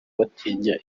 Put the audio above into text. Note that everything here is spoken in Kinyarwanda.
batinya